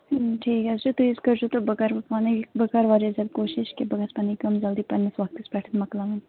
ٹھیٖک حظ چھُ تُہۍ یِتھٕ پٲٹھۍ تہٕ بہٕ کَرٕہو پانے یہِ بہٕ کَرٕ واریاہ زیادٕ کوٗشِش کہِ بہٕ گَژھٕ پَنٕنۍ کٲم جَلدٕے پَنٕنِس وقتس پیٚٹھ مۅکلاوٕںۍ